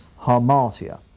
harmatia